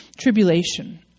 tribulation